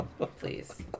Please